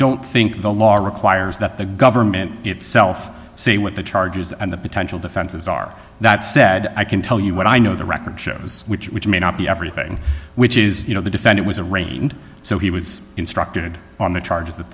don't think the law requires that the government itself say what the charges and the potential defenses are that said i can tell you what i know the record shows which which may not be everything which is you know the defend it was a reign so he was instructed on the charges th